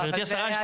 גברתי השרה,